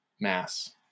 mass